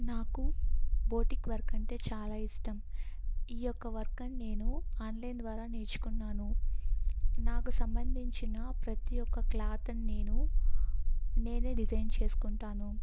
నాకు boutique work అంటే చాలా ఇష్టం ఈ యొక్క వర్క్ని నేను ఆన్లైన్ ద్వారా నేర్చుకున్నాను నాకు సంబంధించిన ప్రతి ఒక్క క్లాత్ని నేను నేనే డిజైన్ చేసుకుంటాను